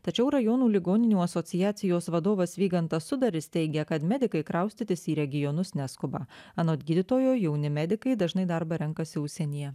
tačiau rajonų ligoninių asociacijos vadovas vygantas sudaris teigia kad medikai kraustytis į regionus neskuba anot gydytojo jauni medikai dažnai darbą renkasi užsienyje